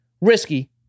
Risky